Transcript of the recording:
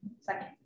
Second